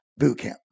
bootcamp